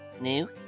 new